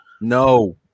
no